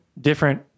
different